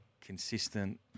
consistent